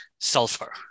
sulfur